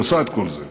הוא עשה את כל זה,